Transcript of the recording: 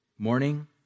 Morning